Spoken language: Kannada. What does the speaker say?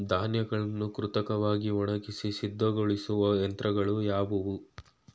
ಧಾನ್ಯಗಳನ್ನು ಕೃತಕವಾಗಿ ಒಣಗಿಸಿ ಸಿದ್ದಗೊಳಿಸುವ ಯಂತ್ರಗಳು ಯಾವುವು?